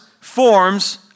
forms